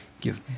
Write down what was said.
give